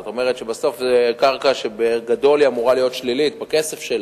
זאת אומרת שבסוף זו קרקע שבגדול היא אמורה להיות שלילית בכסף שלה,